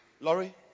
Laurie